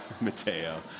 Mateo